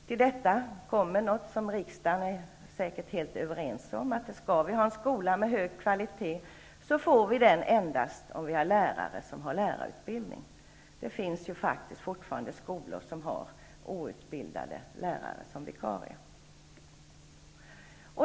Till detta kommer något som riksdagen säkert är helt enig om, nämligen att vi får en skola av hög kvalitet endast om vi har lärare som har lärarutbildning; det finns ju faktiskt fortfarande skolor som har outbildade lärare som vikarier.